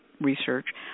research